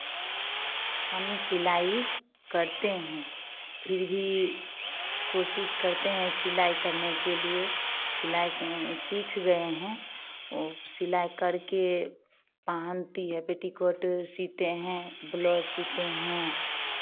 हम सिलाई करते हैं फिर भी कोशिश करते हैं सिलाई करने के लिए सिलाई सीख गए हैं और सिलाई करके पहनती है पेटीकोट सिलते हैं ब्लाउज़ सिलते हैं